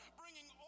bringing